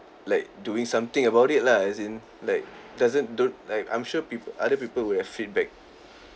like doing something about it lah as in like doesn't don't like I'm sure peop~ other people would have feedback